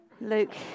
Luke